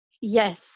Yes